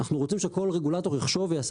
אנחנו רוצים שכל רגולטור יחשוב ויעשה